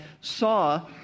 saw